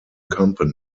company